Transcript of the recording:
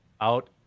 out